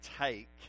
take